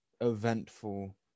eventful